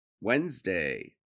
Wednesday